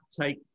take